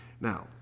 Now